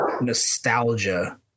nostalgia